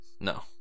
No